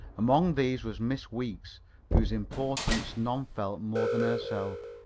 among these was miss weeks whose importance none felt more than herself,